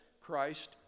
Christ